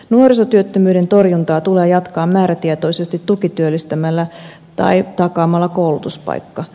nuorisotyöttömyyden torjuntaa tulee jatkaa määrätietoisesti tukityöllistämällä tai takaamalla koulutuspaikka